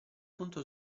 punto